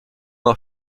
auch